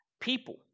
people